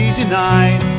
denied